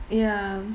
ya